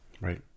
Right